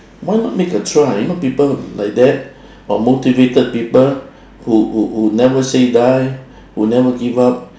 why not make a try you know people like that or motivated people who who who never say die will never give up